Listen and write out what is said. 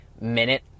minute